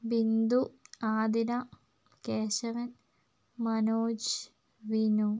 Bindu Athira Keshavan Manoj Vinu